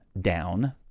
down